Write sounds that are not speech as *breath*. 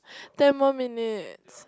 *breath* ten more minutes *noise*